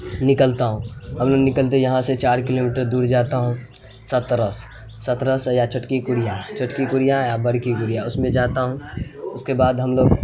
نکلتا ہوں ہم لوگ نکلتے یہاں سے چار کلو میٹر دور جاتا ہوں سترس سترس یا چھٹکی کوریا چھٹکی کوریا یا بڑکی کوریا اس میں جاتا ہوں اس کے بعد ہم لوگ